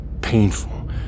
painful